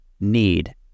need